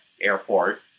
Airport